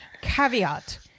Caveat